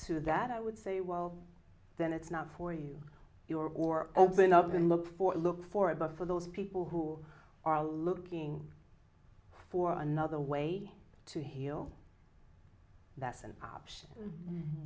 to that i would say well then it's not for you you are or open up and look for look for about for those people who are looking for another way to heal that's an option